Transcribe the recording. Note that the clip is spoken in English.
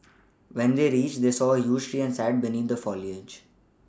when they reached they saw a huge tree and sat beneath the foliage